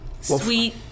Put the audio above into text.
sweet